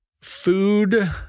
food